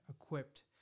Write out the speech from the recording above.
equipped